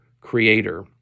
creator